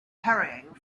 hurrying